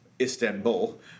Istanbul